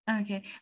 Okay